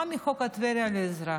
מה לחוק טבריה ולאזרח?